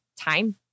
time